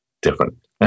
different